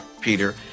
Peter